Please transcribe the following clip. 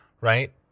right